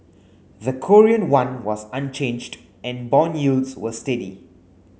the Korean won was unchanged and bond yields were steady